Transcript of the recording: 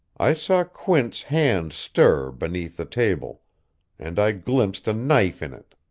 i saw quint's hand stir, beneath the table and i glimpsed a knife in it.